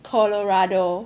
Colorado